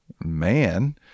Man